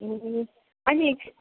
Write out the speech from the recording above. ए अनि